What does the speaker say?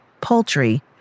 poultry